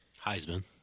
Heisman